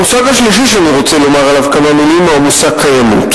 המושג השלישי שאני רוצה לומר עליו כמה מלים הוא המושג קיימוּת,